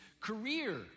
career